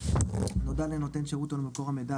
נודע לנותן שירת או למקור המידע,